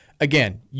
Again